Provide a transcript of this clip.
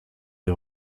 des